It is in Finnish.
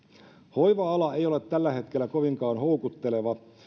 hoiva ala ei ole tällä hetkellä kovinkaan houkutteleva